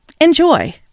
Enjoy